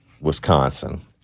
Wisconsin